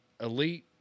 elite